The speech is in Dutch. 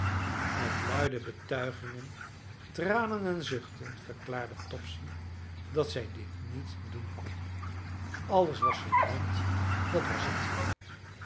met luide betuigingen tranen en zuchten verklaarde topsy dat zij dit niet doen kon alles was verbrand dat was het